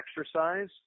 exercise